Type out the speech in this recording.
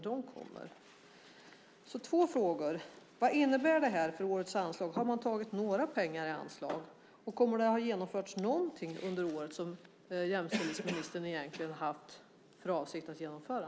Jag har två frågor. Vad innebär det här för årets anslag - har man tagit några pengar i anspråk? Kommer det att ha genomförts någonting under året som jämställdhetsministern egentligen har haft för avsikt att genomföra?